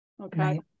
okay